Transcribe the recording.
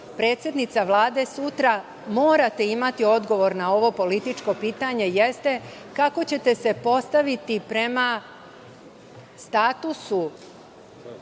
predsednica Vlade sutra morate imate odgovor na ovo političko pitanje, jeste – kako ćete se postaviti prema statusu